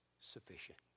sufficient